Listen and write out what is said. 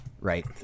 right